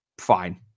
fine